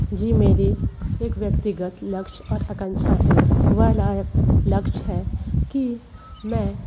जी मेरा एक व्यक्तिगत लक्ष्य और आकांक्षा है वह लायक लक्ष्य है कि मैं